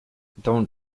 don’t